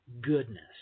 goodness